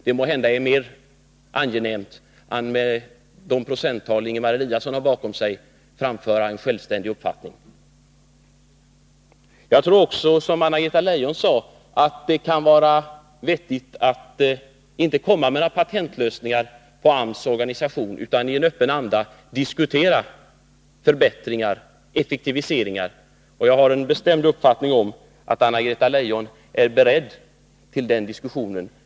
Det är måhända mer angenämt än att med det procenttal som Ingemar Eliasson har bakom sig framföra en självständig uppfattning. Såsom Anna-Greta Leijon sade kan det vara vettigt att man inte kommer med några patentlösningar beträffande AMS organisation utan i en öppen anda diskuterar förbättringar och effektiviseringar. Min bestämda uppfattning är att Anna-Greta Leijon är beredd till den diskussionen.